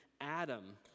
Adam